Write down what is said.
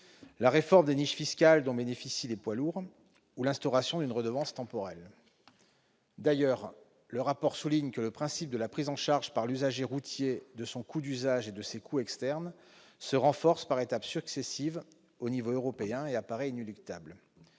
la réforme des niches fiscales dont bénéficient les poids lourds, ou l'instauration d'une redevance temporelle. D'ailleurs, le rapport souligne que « le principe de la prise en charge par l'usager routier de son coût d'usage et de ses coûts externes se renforce par étapes successives au niveau européen et apparaît inéluctable